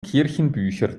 kirchenbücher